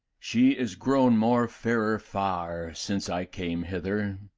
she is grown more fairer far since i came hither,